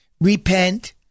repent